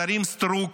השרים סטרוק,